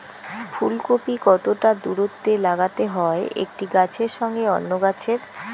ফুলকপি কতটা দূরত্বে লাগাতে হয় একটি গাছের সঙ্গে অন্য গাছের?